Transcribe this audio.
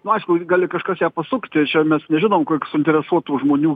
nu aišku gali kažkas ją pasukti čia mes nežinom kiek suinteresuotų žmonių